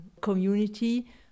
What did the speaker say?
community